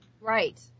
Right